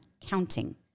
counting